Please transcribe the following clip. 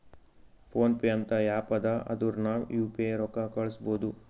phone pay ಅಂತ app ಅದಾ ಅದುರ್ನಗ್ ಯು ಪಿ ಐ ರೊಕ್ಕಾ ಕಳುಸ್ಬೋದ್